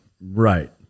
Right